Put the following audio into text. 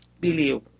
Believe